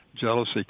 jealousy